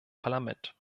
parlament